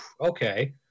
okay